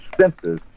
senses